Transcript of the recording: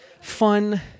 fun